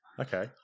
Okay